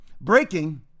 breaking